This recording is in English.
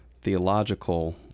theological